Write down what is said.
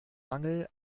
mangel